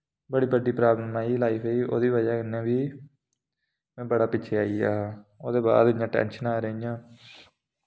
बड़ी बड्डी प्राब्लम आई ही लाइफ दी ओह्दी वजह कन्नै बी में बड़ा पिच्छे आई गेआ हा ओह्दे बाद इ'यां टेंशनां रेहियां